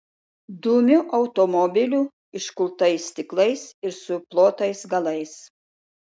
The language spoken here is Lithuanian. dumiu automobiliu iškultais stiklais ir suplotais galais